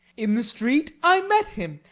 in the street i met him,